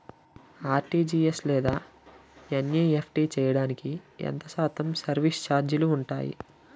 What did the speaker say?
RTGS లేదా NEFT చేయడానికి ఎంత శాతం సర్విస్ ఛార్జీలు ఉంటాయి?